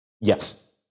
Yes